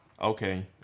Okay